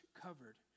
covered